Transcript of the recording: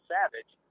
Savage